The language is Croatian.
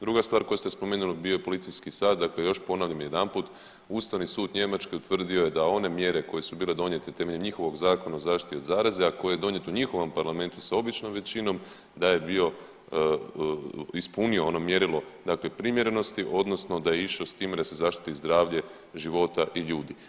Druga stvar koju ste spomenuli bio je policijski sat, dakle još ponavljam jedanput, ustavni sud Njemačke utvrdio je da one mjere koje su bile donijete temeljem njihovog zakona o zaštiti od zaraze, a koji je donijet u njihovom parlamentu sa običnom većinom da je bio ispunio ono mjerilo primjerenosti odnosno da je išao s tim da se zaštiti zdravlje života i ljudi.